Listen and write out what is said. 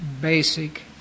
basic